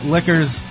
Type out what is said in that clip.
Liquors